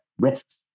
risks